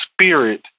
spirit